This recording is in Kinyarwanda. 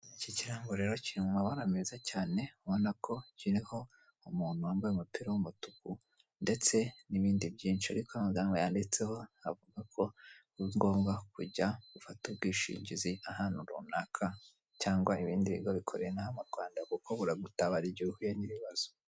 Iki kirango rero kiri mu mabara meza cyane ubonako kiriho umuntu wambaye umupira w'mutuku ndetse n'ibindi byinshi ariko amagambo yanditseho avugako aringombwa kujya gufata ubwishingizi ahantu runaka cyangwa ibindi bigo bikorera inaha mu Rwanda kuko buragutabara igihe uhuye n'ibibazo.